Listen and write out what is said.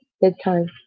bedtime